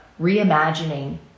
reimagining